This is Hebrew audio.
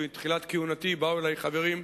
ובתחילת כהונתי באו אלי חברים,